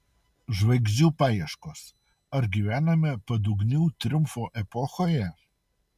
žvaigždžių paieškos ar gyvename padugnių triumfo epochoje